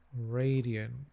radiant